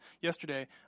Yesterday